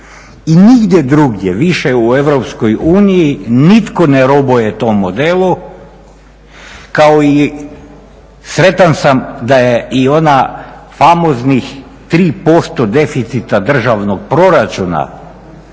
I nigdje druge više u EU nitko ne robuje tom modelu kao i sretan sam da i onih famoznih 3% deficita državnog proračuna